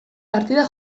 partida